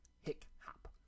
Hick-hop